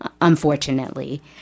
unfortunately